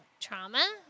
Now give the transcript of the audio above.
trauma